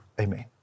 Amen